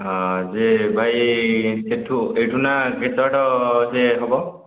ହଁ ଯେ ଭାଇ ସେଠୁ ଏଇଠୁନା କେତେ ବାଟ ସେ ହେବ